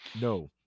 No